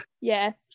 Yes